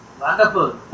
Wonderful